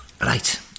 Right